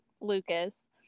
Lucas